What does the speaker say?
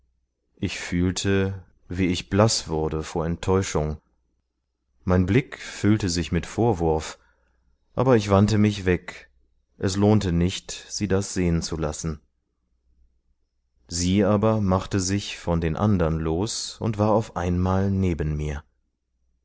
ich fühlte wie ich blaß wurde vor enttäuschung mein blick füllte sich mit vorwurf aber ich wandte mich weg es lohnte nicht sie das sehn zu lassen sie aber machte sich von den andern los und war auf einmal neben mir